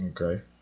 Okay